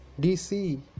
dc